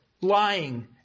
lying